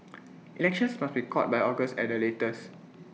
elections must be called by August at the latest